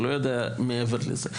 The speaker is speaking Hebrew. לא יודע מעבר לזה.